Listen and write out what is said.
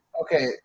Okay